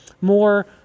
More